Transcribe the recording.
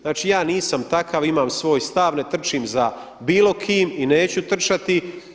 Znači, ja nisam takav, imam svoj stav, ne trčim za bilo kim i neću trčati.